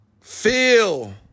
Feel